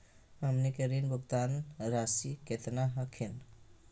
हमनी के ऋण भुगतान रासी केतना हखिन?